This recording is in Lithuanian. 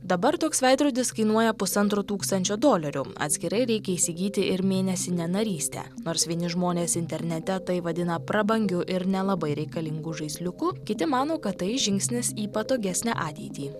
dabar toks veidrodis kainuoja pusantro tūkstančio dolerių atskirai reikia įsigyti ir mėnesinę narystę nors vieni žmonės internete tai vadina prabangiu ir nelabai reikalingu žaisliuku kiti mano kad tai žingsnis į patogesnę ateitį